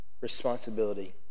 responsibility